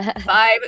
five